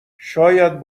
شاید